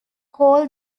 call